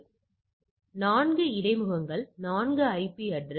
எனவே 4 இடைமுகங்கள் 4 IP address